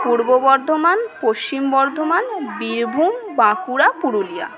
Purba Bardhaman Paschim Bardhaman Birbhum Bankura Purulia